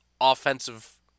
offensive